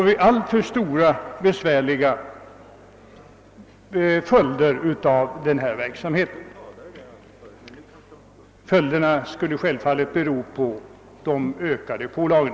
I annat fall drabbas denna verksamhet av alltför besvärliga följder av de ökade pålagorna.